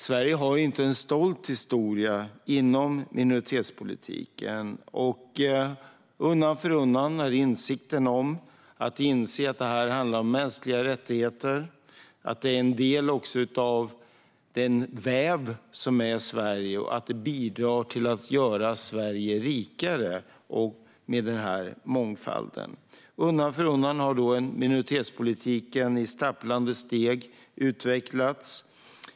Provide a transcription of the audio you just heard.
Sverige har inte en stolt historia inom minoritetspolitiken. Undan för undan har vi insett att detta handlar om mänskliga rättigheter, att det är en del i den väv som är Sverige och att mångfalden bidrar till att göra Sverige rikare. Undan för undan och med stapplande steg har minoritetspolitiken utvecklats.